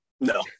no